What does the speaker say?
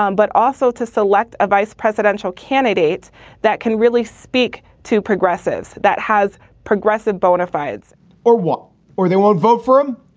um but also to select a vice presidential candidate that can really speak to progressives, that has progressive bona fides or one or they won't vote for him,